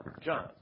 John